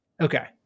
okay